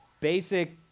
basic